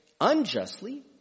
Unjustly